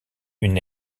une